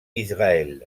israël